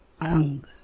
Ang